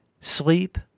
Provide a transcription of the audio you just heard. sleep